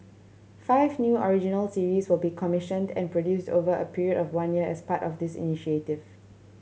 five new original series will be commissioned and produced over a period of one year as part of this initiative